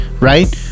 right